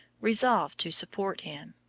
resolved to support him.